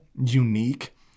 unique